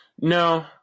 no